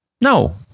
No